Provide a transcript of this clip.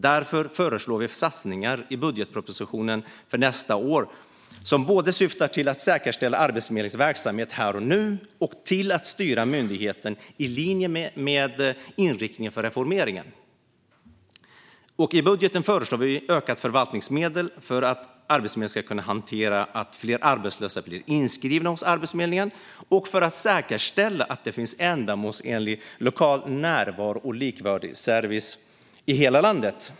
Därför föreslår vi satsningar i budgetpropositionen för nästa år som syftar både till att säkerställa Arbetsförmedlingens verksamhet här och nu och till att styra myndigheten i linje med inriktningen för reformeringen. I budgeten föreslår vi ökade förvaltningsmedel för att Arbetsförmedlingen ska kunna hantera att fler arbetslösa blir inskrivna och säkerställa att det finns ändamålsenlig lokal närvaro och likvärdig service i hela landet.